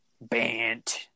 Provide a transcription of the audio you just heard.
Bant